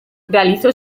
realizó